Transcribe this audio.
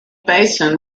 basin